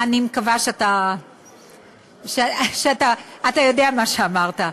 אני מקווה שאתה יודע מה שאמרת.